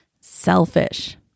selfish